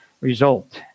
result